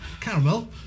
Caramel